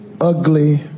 ugly